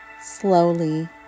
slowly